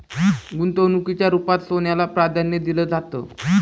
गुंतवणुकीच्या रुपात सोन्याला प्राधान्य दिलं जातं